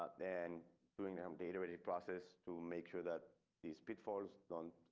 than doing them. gatorade process to make sure that these pitfalls. don't